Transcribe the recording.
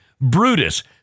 Brutus